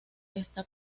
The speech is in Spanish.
está